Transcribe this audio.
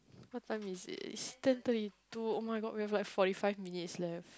what time is it is ten twenty two oh-my-God we have like forty five minutes left